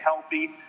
healthy